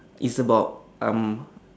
it's about um